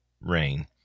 rain